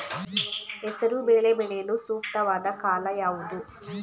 ಹೆಸರು ಬೇಳೆ ಬೆಳೆಯಲು ಸೂಕ್ತವಾದ ಕಾಲ ಯಾವುದು?